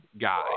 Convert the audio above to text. guy